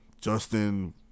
Justin